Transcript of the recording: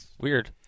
Weird